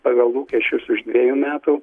pagal lūkesčius už dviejų metų